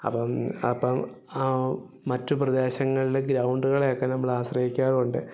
അപ്പം അപ്പം മറ്റു പ്രദേശങ്ങളിലെ ഗ്രൗണ്ടുകളെയെക്കെ നമ്മൾ ആശ്രയിക്കാറുണ്ട്